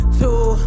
two